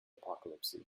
apocalypse